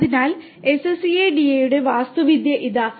അതിനാൽ SCADA യുടെ വാസ്തുവിദ്യ ഇതാ